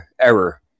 error